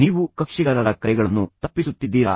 ನೀವು ಕಕ್ಷಿಗಾರರ ಕರೆಗಳನ್ನು ತಪ್ಪಿಸುತ್ತಿದ್ದೀರಾ